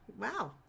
Wow